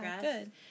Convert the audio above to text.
Good